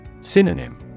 Synonym